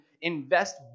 invest